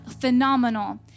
phenomenal